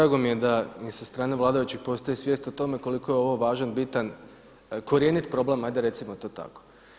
Drago mi je da i sa strane vladajućih postoji svijest o tome koliko je ovo važan, bitan, korjenit problem hajde recimo to tako.